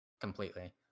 completely